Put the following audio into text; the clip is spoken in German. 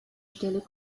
stelle